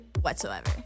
whatsoever